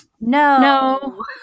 No